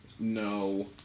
No